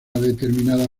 determinada